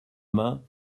main